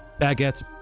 Baguettes